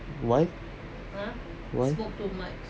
what what